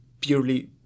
purely